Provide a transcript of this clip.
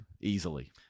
easily